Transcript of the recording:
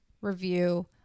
review